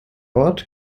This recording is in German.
ort